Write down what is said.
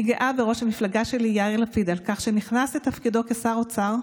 אני גאה בראש המפלגה שלי יאיר לפיד על כך שנכנס לתפקידו כשר אוצר,